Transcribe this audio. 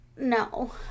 No